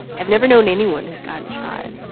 i've never known anyone who's gotten shot.